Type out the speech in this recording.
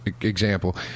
example